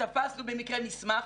תפסנו במקרה מסמך,